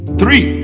three